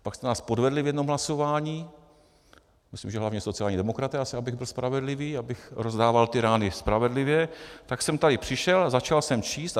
Pak jste nás podvedli v jednom hlasování, myslím, že hlavně sociální demokraté asi, abych byl spravedlivý, abych rozdával ty rány spravedlivě, tak jsem tady přišel a začal jsem číst.